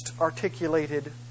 articulated